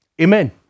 Amen